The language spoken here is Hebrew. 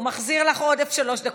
הוא מחזיר לך עודף שלוש דקות,